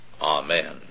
Amen